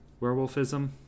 werewolfism